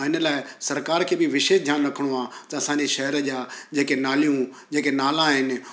ऐं हिन लाइ सरकार खे बि विशेष ध्यानु रखणो आहे त असांजे शहर जा जेके नालियूं जेके नाला आहिनि